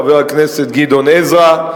חבר הכנסת גדעון עזרא.